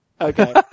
Okay